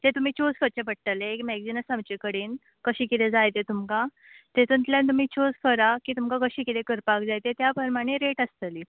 तें तुमी चूज करचें पट्टलें एक मॅगझीन आसा आमचे कडेन कशें किदें जाय तें तुमकां तेतुंतल्यान तुमी चूज करा की तुमकां कशें किदें करपाक जाय तें त्या परमाणे रेट आसतली